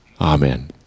Amen